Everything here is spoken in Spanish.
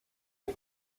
que